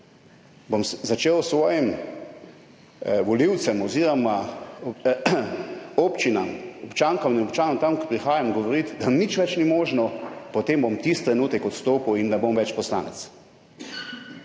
začel svojim volivcem oziroma občankam in občanom, od tam, kjer prihajam, govoriti, da nič več ni možno, potem bom tisti trenutek odstopil in ne bom več poslanec.